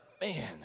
man